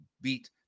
beat